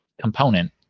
component